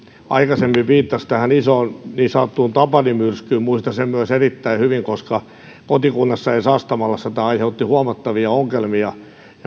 aikaisemmin viittasi tähän isoon niin sanottuun tapani myrskyyn muistan sen myös erittäin hyvin koska kotikunnassani sastamalassa se aiheutti huomattavia ongelmia